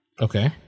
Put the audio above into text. Okay